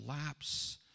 collapse